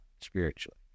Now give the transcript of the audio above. spiritually